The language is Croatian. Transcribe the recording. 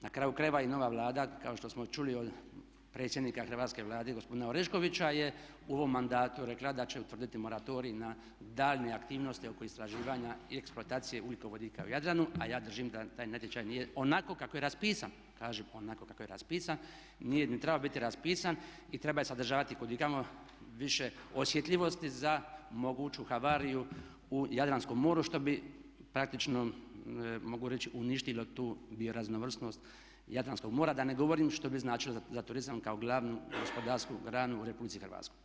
Na kraju krajeva i nova Vlada kao što smo čuli od predsjednika Hrvatske vlade gospodina Oreškovića je u ovom mandatu rekla da će utvrditi moratorij na daljnje aktivnosti oko istraživanja i eksploatacije ugljikovodika u Jadranu a ja držim da taj natječaj nije onako kako je raspisan, kažem onako kako je raspisan nije ni trebao biti raspisan i trebao je sadržavati kud i kamo više osjetljivosti za moguću havariju u Jadranskom moru što bi praktično mogu reći uništilo tu bioraznovrsnost Jadranskog mora, da ne govorim što bi značilo za turizam kao glavnu gospodarsku granu u RH.